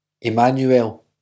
Emmanuel